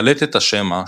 קלטת השמע,